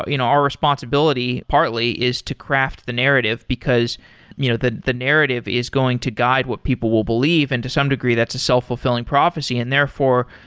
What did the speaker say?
ah you know our responsibility partly is to craft the narrative, because you know the the narrative is going to guide what people will believe. and to some degree, that's a self-fulfilling prophecy. and therefore,